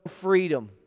freedom